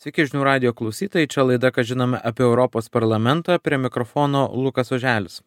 sveiki žinių radijo klausytojai čia laida ką žinome apie europos parlamentą prie mikrofono lukas oželis